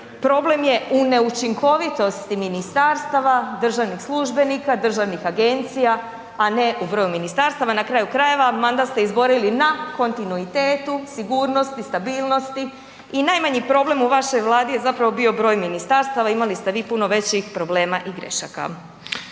Problem je u neučinkovitosti ministarstava, državnih službenika, državnih agencija, a ne u broju ministarstava. Na kraju krajeva, mandat ste izborili na kontinuitetu, sigurnosti, stabilnosti i najmanji problem u vašoj vladi je zapravo bio broj ministarstava, imali ste vi puno većih problema i grešaka.